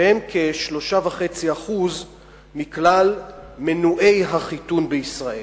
שהם כ-3.5% מכלל מנועי החיתון בישראל.